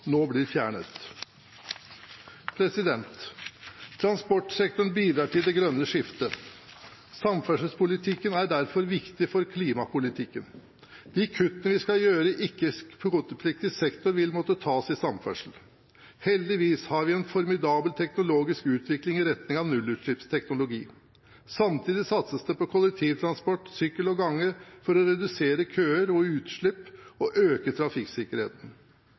nå blir fjernet. Transportsektoren bidrar til det grønne skiftet. Samferdselspolitikken er derfor viktig for klimapolitikken. De kuttene vi skal gjøre i ikke-kvotepliktig sektor, vil måtte tas i samferdsel. Heldigvis har vi en formidabel teknologisk utvikling i retning av nullutslippsteknologi. Samtidig satses det på kollektivtransport, sykkel og gange for å redusere køer og utslipp og øke trafikksikkerheten.